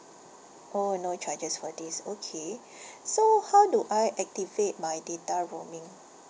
oh no charges for this okay so how do I activate my data roaming